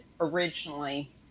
originally